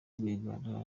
rwigara